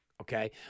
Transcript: okay